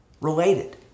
related